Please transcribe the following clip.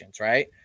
right